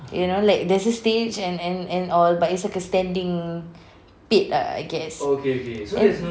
you know like there's the stage and and and all but it's like a standing pit ah I guess then